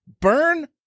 Burn